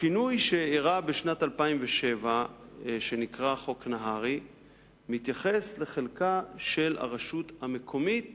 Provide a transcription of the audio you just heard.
השינוי שאירע בשנת 2007 שנקרא חוק נהרי מתייחס לחלקה של הרשות המקומית